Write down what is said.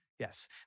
Yes